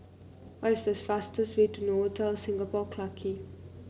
what is the fastest way to Novotel Singapore Clarke Quay